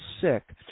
sick